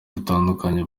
dutandukanye